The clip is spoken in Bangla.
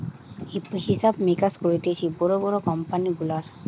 হিসাব মিকাস করতিছে বড় বড় কোম্পানি গুলার